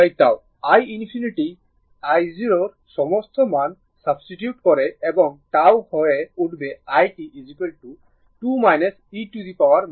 i ∞ i0 এর সমস্ত মান সাবস্টিটিউট করে এবং τ হয়ে উঠবে i t 2 e t 2 t ampere